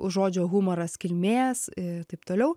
žodžio humoras kilmės ir taip toliau